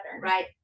right